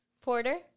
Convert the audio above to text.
Porter